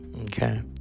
okay